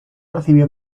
recibió